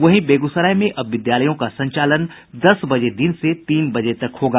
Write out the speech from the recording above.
वहीं बेगूसराय में अब विद्यालयों का संचालन दस बजे दिन से तीन बजे तक होगा